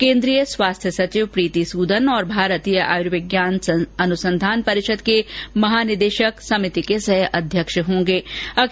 केन्द्रीय स्वास्थ्य सचिव प्रीति सूदन और भारतीय आयुर्विज्ञान अनुसंधान परिषद के महानिदेशक समिति के सह अध्यक्ष बनाये गये हैं